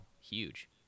huge